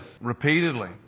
repeatedly